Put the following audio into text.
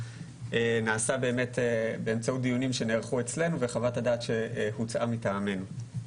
נעשה באמת באמצעות דיונים שנערכו אצלנו וחוות הדעת שהוצאה מטעמנו.